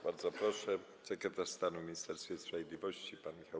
Bardzo proszę, sekretarz stanu w Ministerstwie Sprawiedliwości pan Michał